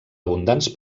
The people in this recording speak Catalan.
abundants